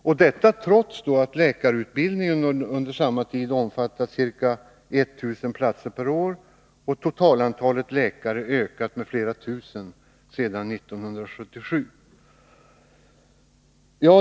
Och detta trots att läkarutbildningen under samma tid omfattat ca 1000 platser per år och totalantalet läkare ökat med flera tusen sedan år 1977.